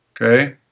Okay